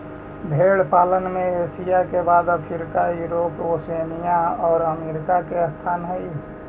भेंड़ पालन में एशिया के बाद अफ्रीका, यूरोप, ओशिनिया और अमेरिका का स्थान हई